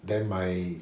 then my